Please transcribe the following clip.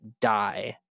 die